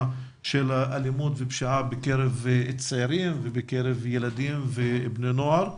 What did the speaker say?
האלימות והפשיעה בקרב צעירים ובקרב ילדים ובני נוער.